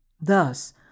Thus